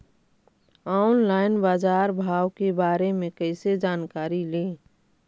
Online बाजार भाव के बारे मे कैसे जानकारी ली?